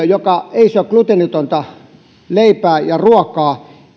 joka ei syö gluteenitonta leipää ja ruokaa